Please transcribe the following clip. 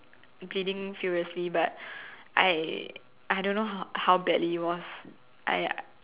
bleeding furiously but I I don't know how badly it was I